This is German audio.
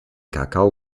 kakao